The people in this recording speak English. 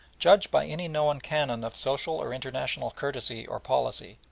judged by any known canon of social or international courtesy or policy,